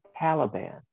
Taliban